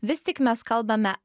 vis tik mes kalbame